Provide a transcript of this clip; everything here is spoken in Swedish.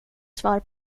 svar